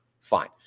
Fine